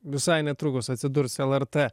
visai netrukus atsidurs lrt